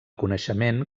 coneixement